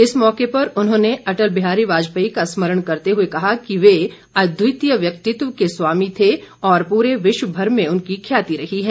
इस मौके उन्होंने अटल बिहारी वाजपेयी का स्मरण करते हुए कहा कि वे अद्वितीय व्यक्तित्व के स्वामी थे और पूरे विश्वभ ार में उनकी ख्याति रही है